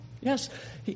yes